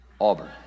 Auburn